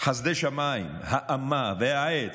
חסדי שמיים, האמה והעץ,